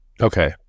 okay